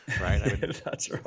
right